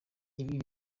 ibi